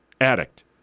addict